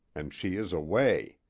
and she is away!